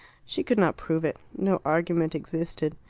she could not prove it. no argument existed.